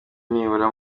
nibura